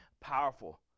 powerful